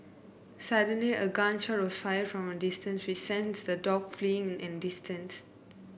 suddenly a gun shot was fired from a distance which sent the dogs fleeing in an instant